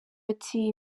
ati